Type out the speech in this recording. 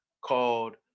called